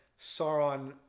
sauron